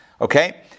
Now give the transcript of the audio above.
okay